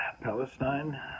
Palestine